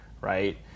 right